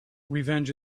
revenge